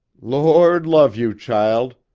lord love you, child.